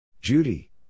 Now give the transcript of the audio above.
Judy